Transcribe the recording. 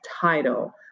title